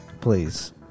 Please